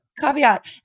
Caveat